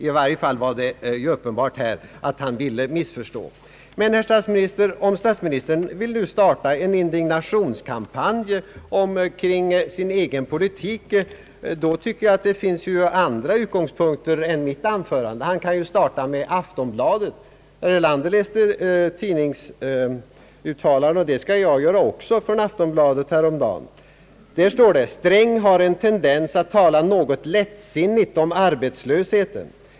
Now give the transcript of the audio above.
I varje fall var det uppenbart att han i detta fall ville missförstå. Men om statsministern nu vill starta en indignationskampanj kring sin egen politik, då finns det andra utgångspunkter än mitt anförande. Han kan ju starta med Aftonbladet. Herr Erlander läste upp tidningsuttalanden och det skall jag göra också, ur Aftonbladet. Där står det: »Herr Sträng har en tendens att tala något lättsinnigt om arbetslösheten.